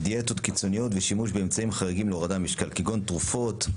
דיאטות קיצוניות ושימוש באמצעים חריגים להורדה במשקל כגון תרופות,